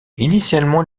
initialement